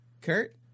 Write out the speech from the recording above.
Kurt